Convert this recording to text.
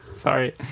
Sorry